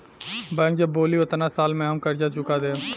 bank जब बोली ओतना साल में हम कर्जा चूका देम